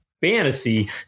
Fantasy